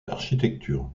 architecture